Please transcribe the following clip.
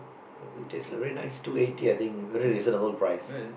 it tasted very nice two eighty I think very reasonable price